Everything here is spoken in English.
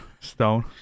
stone